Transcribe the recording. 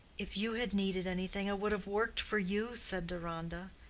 if you had needed anything i would have worked for you, said deronda,